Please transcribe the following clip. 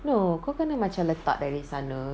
no kau kena macam letak dari sana